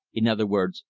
in other words,